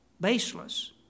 baseless